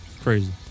Crazy